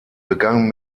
begann